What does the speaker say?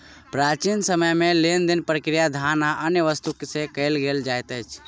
प्राचीन समय में लेन देन प्रक्रिया धान आ अन्य वस्तु से कयल जाइत छल